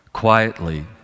Quietly